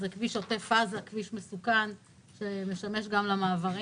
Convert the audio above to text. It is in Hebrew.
זה כביש עוטף עזה, כביש מסוכן שמשמש גם למעברים.